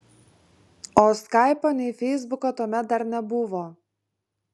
o skaipo nei feisbuko tuomet dar nebuvo